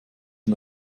den